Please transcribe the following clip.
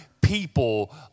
people